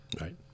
right